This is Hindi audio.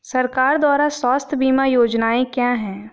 सरकार द्वारा स्वास्थ्य बीमा योजनाएं क्या हैं?